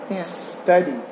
study